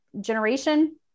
generation